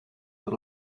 but